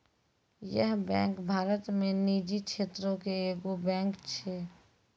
yes Bank Bharat मे निजी क्षेत्रो के एगो बैंक छै